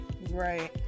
Right